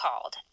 called